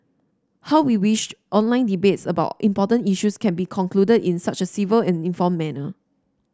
how we wish online debates about important issues can be concluded in such a civil and informed manner